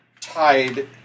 tied